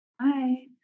Hi